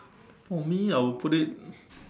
for me I will put it